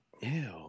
Ew